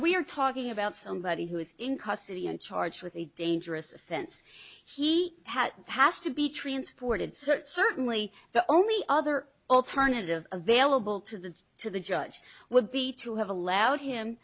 we are talking about somebody who is in custody and charged with a dangerous offense he has to be transported searched certainly the only other alternative available to the to the judge would be to have allowed him